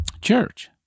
church